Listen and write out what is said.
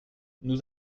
nous